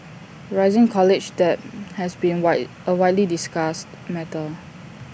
rising college debt has been A widely discussed matter